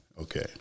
Okay